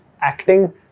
acting